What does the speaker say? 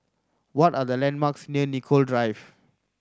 what are the landmarks near Nicoll Drive